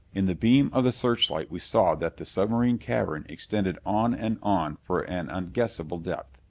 in the beam of the searchlight we saw that the submarine cavern extended on and on for an unguessable depth.